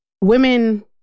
Women